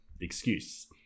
excuse